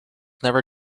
never